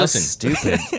stupid